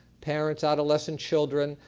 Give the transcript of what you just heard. parents, adolescent children.